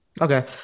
okay